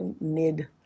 mid